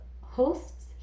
hosts